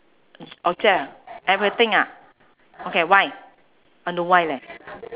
ob~ object ah everything ah okay why uh no why leh